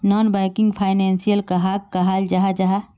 Non banking financial कहाक कहाल जाहा जाहा?